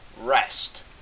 Rest